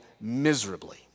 miserably